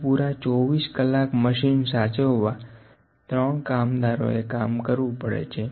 તો પૂરા 24 કલાક મશીન સાચવવા 3 કામદારોએ કામ કરવું પડે છે